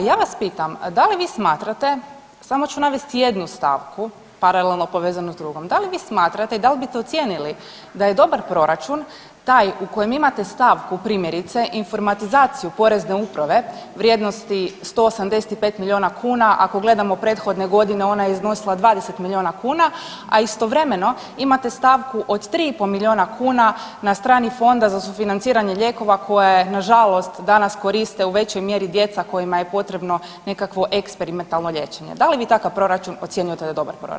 A ja vas pitam, da li vi smatrate, samo ću navesti jednu stavku paralelno povezanu s drugom, da li vi smatrate, dal bite ocijenili da je dobar proračun taj u kojem imate stavku primjerice informatizaciju porezne uprave vrijednosti 185 milijuna kuna, ako gledamo prethodne godine ona je iznosila 20 milijuna kuna, a istovremeno imate stavku od 3,5 milijuna kuna na strani Fonda za sufinanciranje lijekova koje nažalost danas koriste u većoj mjeri djeca kojima je potrebno nekakvo eksperimentalno liječenje, da li vi takav proračun ocjenjujete da je dobar proračun?